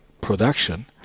production